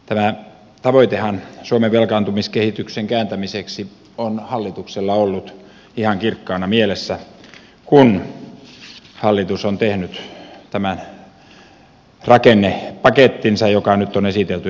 tämä tavoitehan suomen velkaantumiskehityksen kääntämiseksi on hallituksella ollut ihan kirkkaana mielessä kun hallitus on tehnyt tämän rakennepakettinsa joka nyt on esitelty eduskunnalle